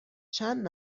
چند